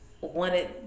wanted